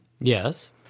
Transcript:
Yes